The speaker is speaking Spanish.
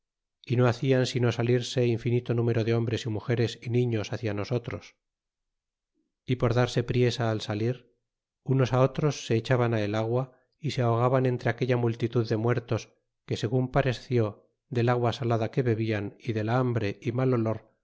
y no bacian sino salirse infinito ntimero de a hombres y mugeres y niños hacia nosotros y por darse priesa al salir unos á otros se echaban á el agua y se ahogaban en tre aquella multitud de muertos que segun paresció del agua a salada que bebido y de la hambre y mal olor